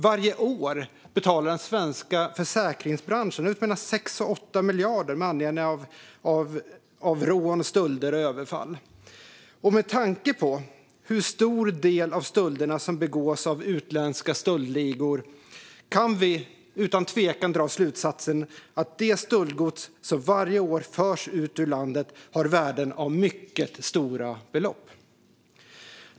Varje år betalar den svenska försäkringsbranschen ut mellan 6 och 8 miljarder med anledning av exempelvis rån, stölder och överfall. Med tanke på hur stor del av stölderna som begås av utländska stöldligor kan vi utan tvekan dra slutsatsen att det stöldgods som varje år förs ut ur landet har stora värden.